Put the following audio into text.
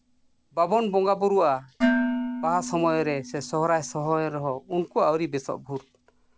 ᱵᱟᱵᱚᱱ ᱵᱚᱸᱜᱟᱼᱵᱩᱨᱩᱜᱟ ᱵᱟᱦᱟ ᱥᱚᱢᱚᱭ ᱨᱮ ᱥᱮ ᱥᱚᱦᱚᱨᱟᱭ ᱨᱮ ᱩᱱᱠᱩ ᱟᱹᱣᱨᱤ ᱵᱮᱥᱚᱜ ᱵᱷᱳᱨ